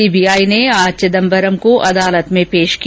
CBI ने आज चिदम्बरम को अदालत में पेश किया